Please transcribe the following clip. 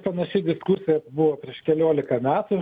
panaši diskusija buvo prieš keliolika metų